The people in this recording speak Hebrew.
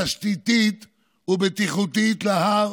תשתיתית ובטיחותית להר,